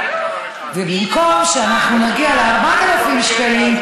לא ייאמן, ובמקום שאנחנו נגיע ל-4,000 שקלים,